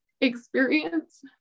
experience